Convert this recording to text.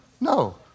No